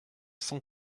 cent